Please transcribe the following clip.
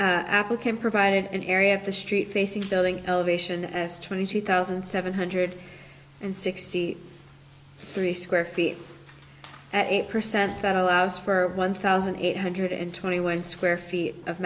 the apple can provide an area of the street facing building elevation as twenty two thousand seven hundred and sixty three square feet at eight percent that allows for one thousand eight hundred twenty one square feet of